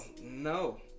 no